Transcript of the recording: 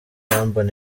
irambona